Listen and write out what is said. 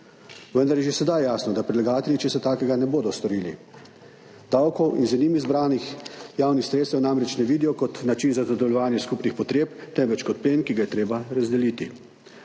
Vendar je že sedaj jasno, da predlagatelji česa takega ne bodo storili. Davkov in z njim izbranih javnih sredstev namreč ne vidijo kot način za zadovoljevanje skupnih potreb, temveč kot plen, ki ga je treba razdeliti.